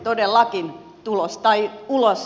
todellakin tulos tai ulos